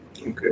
Okay